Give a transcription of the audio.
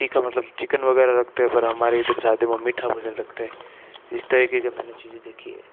तीखा मतलब चिकन वगैरह रखते हैं परन्तु हमारे इधर शादियों में मीठा भोजन रखते हैं इस तरीके के मैंने चीज़ें देखी हैं